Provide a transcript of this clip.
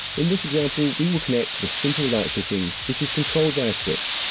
in this example, we will connect to a simple light fitting which is controlled by a switch.